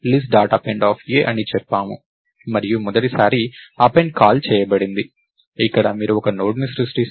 Append అని చెప్పాము మరియు మొదటిసారి Append కాల్ చేయబడినది ఇక్కడ మీరు ఒక నోడ్ని సృష్టిస్తారు